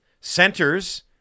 Centers